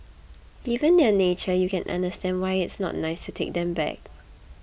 given their nature you can understand why it's not nice to take them back